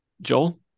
Joel